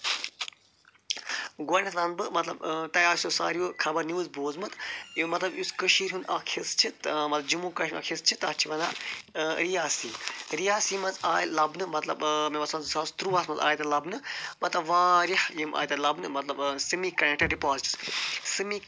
گۄڈنٮ۪تھ وَنہٕ بہٕ مَطلَب تۄہہِ آسیو ساروِیو خَبَر نِوٕز بوٗزمٕت یہِ مَطلَب یُس کٔشیٖر ہُنٛد اکھ حِصہٕ چھِ مَطلَب جموں کشمیٖر اکھ حِصہٕ چھُ تَتھ چھ ونان رِیاسی ریاسی مَنٛز آے لَبنہٕ مطلب مےٚ باسان زٕ ساس ترُوہَس منٛز آے تَتہِ لَبنہٕ مَطلَب یِم آے تَتہِ لَبنہٕ مطلب سٮ۪می ڈِپازِٹس سٮ۪می